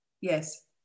Yes